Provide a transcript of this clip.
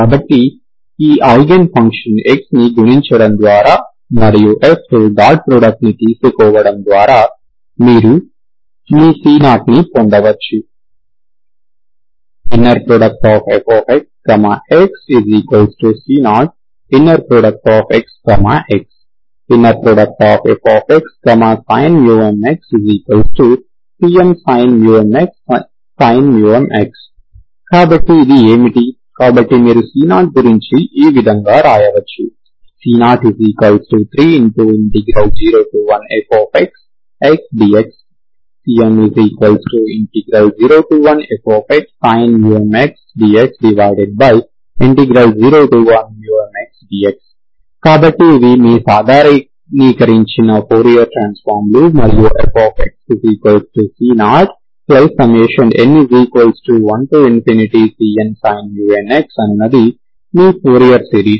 కాబట్టి ఈ eigen function xని గుణించడం ద్వారా మరియు f తో డాట్ ప్రోడక్ట్ ని తీసుకోవడం ద్వారా మీరు మీ c0 ని పొందవచ్చు fxxc0xx fxsin mx cmsin mxsin mx కాబట్టి ఇవి ఏమిటి కాబట్టి మీరు c0గురించి ఈ విధంగా వ్రావవచ్చు c0301fxxdx cm01fxsin mx dx01mx dx కాబట్టి ఇవి మీ సాధారణీకరించిన ఫోరియర్ ట్రాన్సఫార్మ్ లు మరియు fxc0n1cnsin nx అనునది మీ ఫోరియర్ సిరీస్